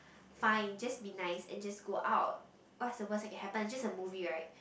fine just be nice and just go out what's the worst thing can happen is just a movie right